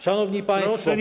Szanowni Państwo!